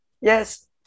Yes